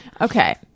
Okay